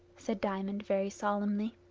said diamond, very solemnly.